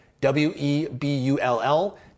w-e-b-u-l-l